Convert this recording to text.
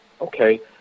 okay